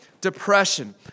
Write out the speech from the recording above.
depression